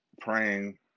praying